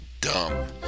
dumb